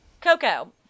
Coco